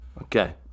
Okay